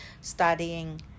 studying